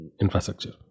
infrastructure